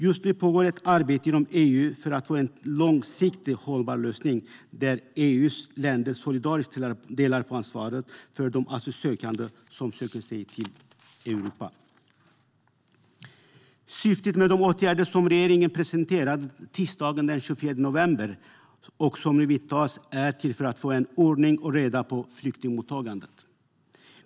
Just nu pågår ett arbete inom EU för att få en långsiktigt hållbar lösning där EU:s länder solidariskt delar på ansvaret för de asylsökande som söker sig till Europa. Syftet med de åtgärder som regeringen presenterade tisdagen den 24 november och som nu vidtas är att få ordning och reda i flyktingmottagandet.